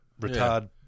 retard